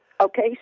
Okay